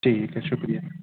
ٹھیک ہے شکریہ